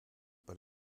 but